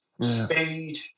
speed